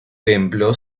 templo